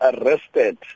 arrested